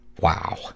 Wow